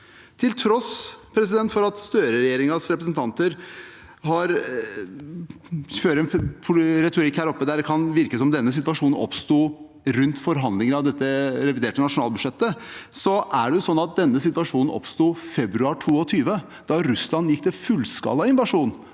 Til tross for at Støre-regjeringens representanter fører en retorikk der det kan virke som denne situasjonen oppsto rundt forhandlinger av dette reviderte nasjonalbudsjettet, er det slik at situasjonen oppsto i februar 2022, da Russland gikk til fullskala invasjon